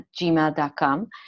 gmail.com